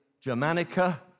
Germanica